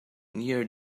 near